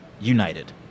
united